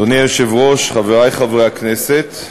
אדוני היושב-ראש, חברי חברי הכנסת,